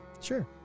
Sure